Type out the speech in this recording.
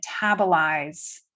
metabolize